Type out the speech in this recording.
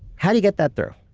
how do you get that through?